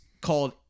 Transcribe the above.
called